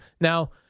Now